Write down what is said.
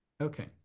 Okay